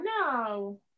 no